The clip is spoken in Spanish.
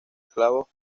esclavos